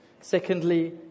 Secondly